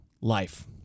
life